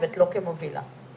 ואני אומרת תראו את המומחים שיש